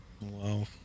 Wow